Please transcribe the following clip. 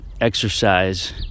exercise